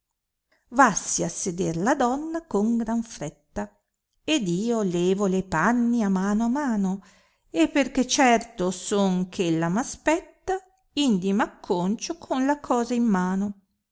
vassi à seder la donna con gran fretta ed io levole e panni a mano à mano e perchè certo son eh ella m aspetta indi m acconcio con la cosa in mano